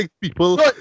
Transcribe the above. people